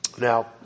Now